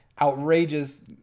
outrageous